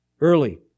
Early